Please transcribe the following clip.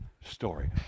story